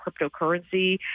cryptocurrency